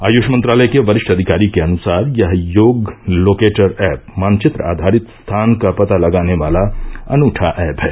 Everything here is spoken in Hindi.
आयुष मंत्रालय के वरिष्ठ अधिकारी के अनुसार यह योग लोकेटर एप मानचित्र आधारित स्थान का पता लगाने वाला अनूठा ऐप है